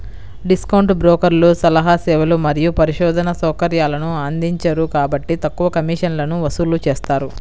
discount బ్రోకర్లు సలహా సేవలు మరియు పరిశోధనా సౌకర్యాలను అందించరు కాబట్టి తక్కువ కమిషన్లను వసూలు చేస్తారు